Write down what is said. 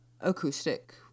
acoustic